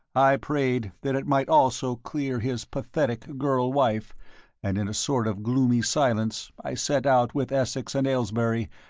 i prayed that it might also clear his pathetic girl-wife and in a sort of gloomy silence i set out with wessex and aylesbury,